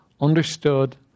understood